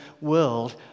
world